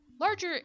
larger